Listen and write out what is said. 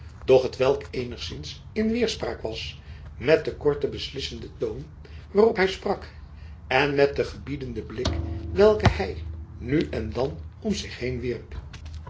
doch't welk eenigzins in weêrspraak was met den korten beslissenden toon waarop hy sprak en met den gebiedenden blik welken hy nu en dan om zich heen wierp